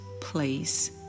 place